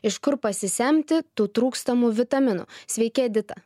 iš kur pasisemti tų trūkstamų vitaminų sveiki edita